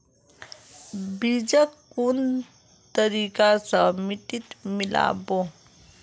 बीजक कुन तरिका स मिट्टीत मिला बो